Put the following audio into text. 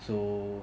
so